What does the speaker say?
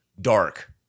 dark